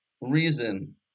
reason